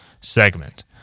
segment